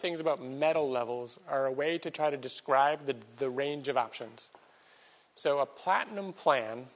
things about metal levels are a way to try to describe the the range of options so a platinum plan